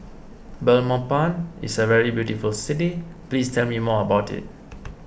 Belmopan is a very beautiful city please tell me more about it